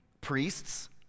priests